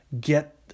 get